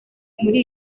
muri